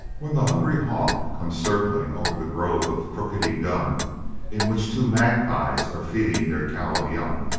when the hungry hawk comes circling over the grove of crookedy gum in which two magpies are feeding their callow young,